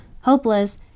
hopeless